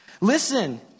Listen